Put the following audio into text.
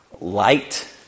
light